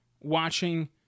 watching